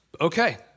Okay